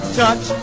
touch